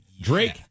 Drake